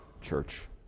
church